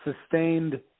sustained